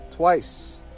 twice